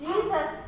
Jesus